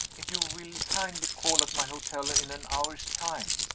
if you will kindly call at my hotel in an hour's time,